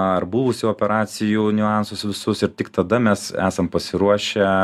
ar buvusių operacijų niuansus visus ir tik tada mes esam pasiruošę